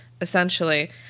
essentially